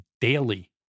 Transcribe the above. daily